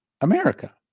America